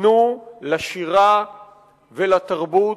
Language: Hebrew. תנו לשירה ולתרבות,